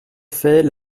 fait